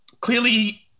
Clearly